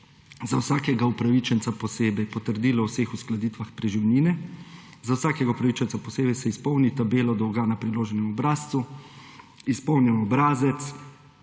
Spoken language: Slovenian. za vsakega upravičenca posebej potrdilo o vseh uskladitvah preživnine. Za vsakega upravičenca posebej se izpolni tabela dolga na predloženem obrazcu, izpolnjen obrazec,